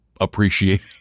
appreciate